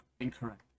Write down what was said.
incorrect